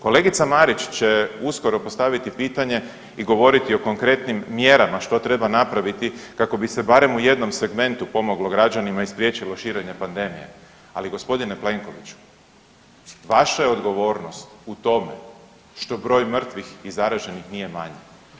Kolegica Marić će uskoro postaviti pitanje i govoriti o konkretnim mjerama što treba napraviti kako bi se barem u jednom segmentu pomoglo građanima i spriječilo širenje pandemije, ali g. Plenkoviću, vaša je odgovornost u tome što broj mrtvih i zaraženih nije manje.